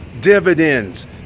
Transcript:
dividends